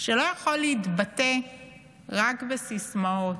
שלא יכול להתבטא רק בסיסמאות,